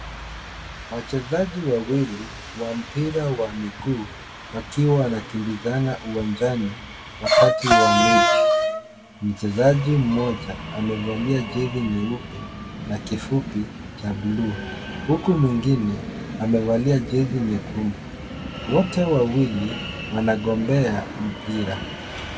Wachezaji wawili wa mpira wa miguu wakiwa wanakimbizana uwanjani, wakati wa mechi. Mchezaji mmoja amevalia jezi nyeupe na kifupi cha buluu huku mwingine amevalia jezi nyekundu. Wote wawili wanagombea mpira.